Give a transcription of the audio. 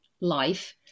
life